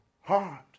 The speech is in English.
heart